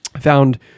found